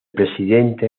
presidente